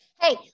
Hey